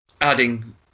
Adding